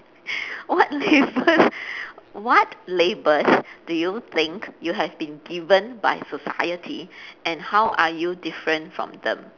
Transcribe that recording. what labels what labels do you think you have been given by society and how are you different from them